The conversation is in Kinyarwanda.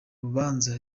rubanza